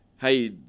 hey